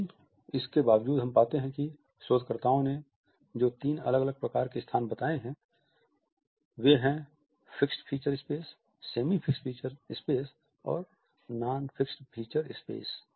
लेकिन इसके बावजूद हम पाते हैं कि शोधकर्ताओं ने जो तीन अलग अलग प्रकार के स्थान बताए हैं वे हैं fixed feature space semi fixed feature space और नॉन फिक्स्ड फ़ीचर स्पेस